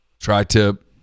Tri-tip